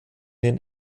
den